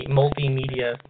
multimedia